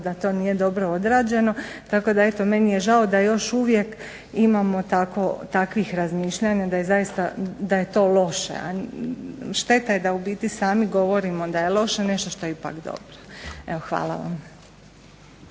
da to nije dobro odrađeno. Tako da eto meni je žao da još uvijek imamo takvih razmišljanja da je zaista, da je to loše, a šteta je da u biti sami govorimo da je loše nešto što je ipak dobro. Evo hvala vam.